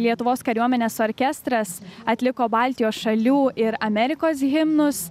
lietuvos kariuomenės orkestras atliko baltijos šalių ir amerikos himnus